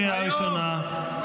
אין כישלון יותר ממך, אין.